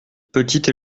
petite